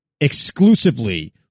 exclusively